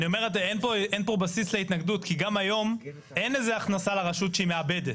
אין פה בסיס להתנגדות כי גם היום אין איזה הכנסה לרשות שהיא מאבדת.